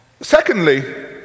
Secondly